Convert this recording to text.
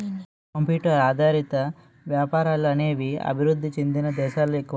computer ఆధారిత వ్యాపారాలు అనేవి అభివృద్ధి చెందిన దేశాలలో ఎక్కువ